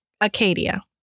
Acadia